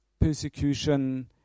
persecution